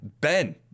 Ben